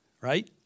right